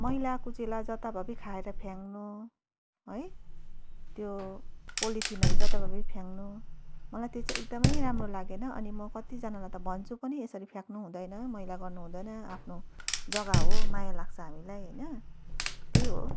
मैला कुचेला जथाभाबी खाएर फ्याँक्नु है त्यो पोलिथिनहरू जथाभाबी फ्याँक्नु मलाई त्यो चाहिँ एकदमै राम्रो लागेन अनि म कतिजनालाई त भन्छु पनि यसरी फ्याँक्नु हुँदैन मैला गर्नु हुँदैन आफ्नो जग्गा हो माया लाग्छ हामीलाई होइन त्यही हो